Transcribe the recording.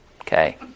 Okay